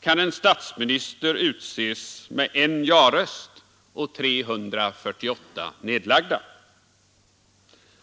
kan en statsminister väljas med en ja-röst och 348 nedlagda?